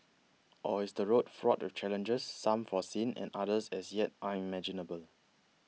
or is the road fraught with challenges some foreseen and others as yet unimaginable